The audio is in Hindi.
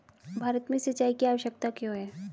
भारत में सिंचाई की आवश्यकता क्यों है?